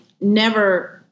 never-